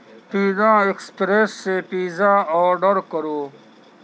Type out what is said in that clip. pizza Express سے pizza order کرو